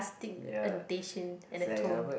annotation and the tone